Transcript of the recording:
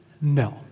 no